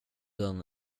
den